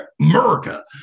america